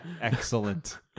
Excellent